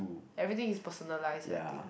everything is personalised I think